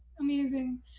amazing